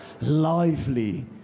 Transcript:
lively